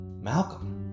Malcolm